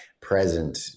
present